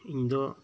ᱤᱧᱫᱚ